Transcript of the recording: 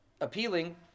appealing